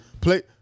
Play